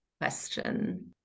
question